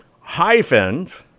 hyphens